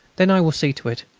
then i will see to it.